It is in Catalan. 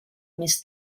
més